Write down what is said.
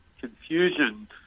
confusion